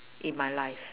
in my life